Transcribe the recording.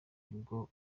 nibwo